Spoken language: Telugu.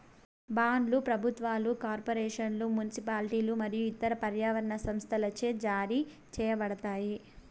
బాండ్లు ప్రభుత్వాలు, కార్పొరేషన్లు, మునిసిపాలిటీలు మరియు ఇతర పర్యావరణ సంస్థలచే జారీ చేయబడతాయి